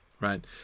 right